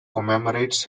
commemorates